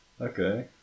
Okay